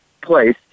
place